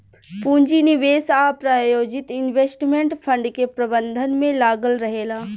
पूंजी निवेश आ प्रायोजित इन्वेस्टमेंट फंड के प्रबंधन में लागल रहेला